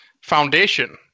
foundation